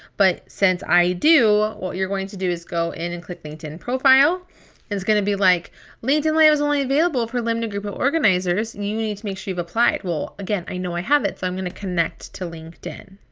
but since i do what you're going to do is go in and click linkedin profile and it's going to be like linkedin live is only available for limited group of organizers and you need to make sure you've applied. well again, i know i have it. so i'm gonna connect to linkedin.